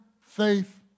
faith